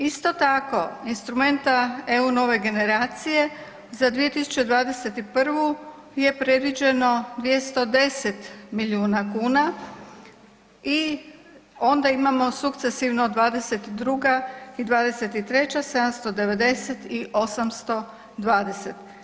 Isto tako, instrumenta EU nove generacije za 2021. je predviđeno 210 milijuna kuna i onda imamo sukcesivno '22. i '23. 790 i 820.